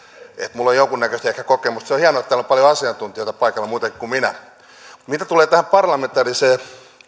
minulla on ehkä jonkunnäköistä kokemusta se on hienoa että täällä on paljon asiantuntijoita paikalla muitakin kuin minä mitä tulee tähän parlamentaariseen